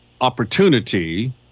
opportunity